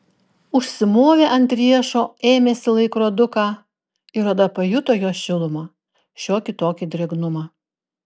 užsimovė ant riešo ėmėsi laikroduką ir oda pajuto jo šilumą šiokį tokį drėgnumą